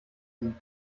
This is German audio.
sie